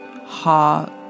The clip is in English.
heart